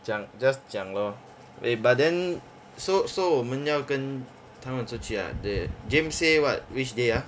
讲 just 讲 lor eh but then so so 我们要跟他们出去 ah the james say what which day ah